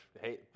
Hey